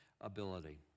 ability